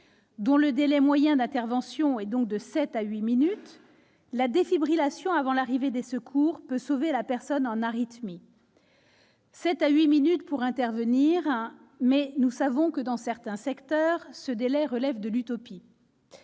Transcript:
dont le délai moyen d'intervention est de sept à huit minutes, la défibrillation avant l'arrivée des secours peut sauver la personne en arythmie. Il faut sept à huit minutes pour intervenir, mais nous savons que, dans certains secteurs, ce délai relève de l'utopie.